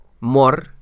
More